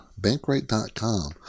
bankrate.com